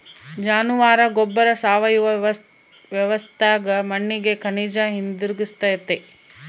ಜಾನುವಾರ ಗೊಬ್ಬರ ಸಾವಯವ ವ್ಯವಸ್ಥ್ಯಾಗ ಮಣ್ಣಿಗೆ ಖನಿಜ ಹಿಂತಿರುಗಿಸ್ತತೆ